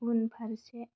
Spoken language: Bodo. उनफारसे